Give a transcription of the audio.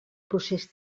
procés